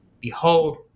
Behold